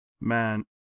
Man